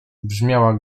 brzmiała